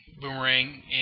Boomerang